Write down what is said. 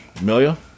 amelia